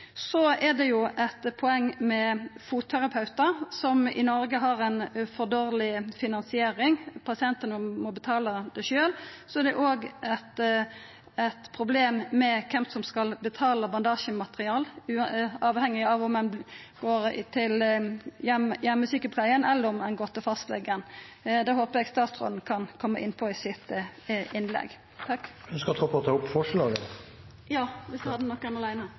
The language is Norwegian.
Så er det jo eit poeng med fotterapeutar, som i Noreg er for dårleg finansiert. Pasientane må betala det sjølve. Så er det òg eit problem med kven som skal betala bandasjemateriell, uavhengig av om ein går til heimesjukepleia eller til fastlegen. Det håper eg statsråden kan koma inn på i innlegget sitt. Eg tar opp forslaget Senterpartiet står aleine om. Representanten Kjersti Toppe har